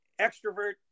extrovert